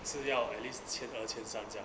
是要 at least 千二千三这样